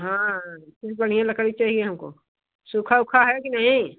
हाँ फिर बढ़िया लकड़ी चाहिए हमको सूखी उखी है कि नहीं